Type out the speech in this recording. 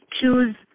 choose